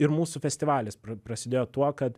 ir mūsų festivalis prasidėjo tuo kad